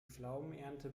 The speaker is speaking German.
pflaumenernte